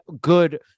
good